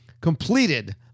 completed